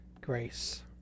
grace